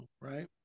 right